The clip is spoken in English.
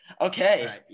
Okay